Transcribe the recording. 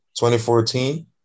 2014